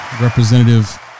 Representative